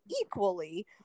equally